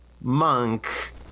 monk